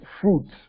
fruits